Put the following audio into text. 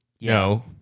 No